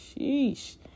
sheesh